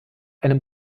einem